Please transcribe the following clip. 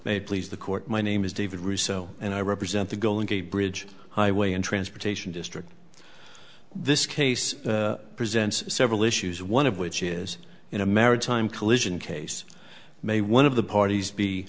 may please the court my name is david russo and i represent the golden gate bridge highway and transportation district this case presents several issues one of which is in a maritime collision case may one of the parties be